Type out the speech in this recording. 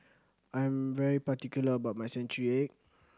I am very particular about my century egg